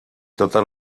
totes